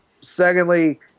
Secondly